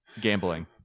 gambling